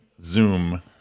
Zoom